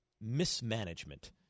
mismanagement